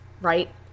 right